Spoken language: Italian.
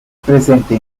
presente